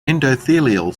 endothelial